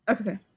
Okay